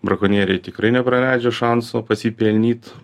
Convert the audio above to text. brakonieriai tikrai nepraleidžia šanso pasipelnyt